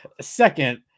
Second